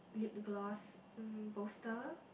lip gloss mm poster